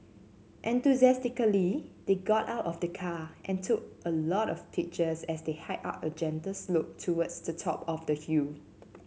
enthusiastically they got out of the car and took a lot of pictures as they hiked up a gentle slope towards the top of the hill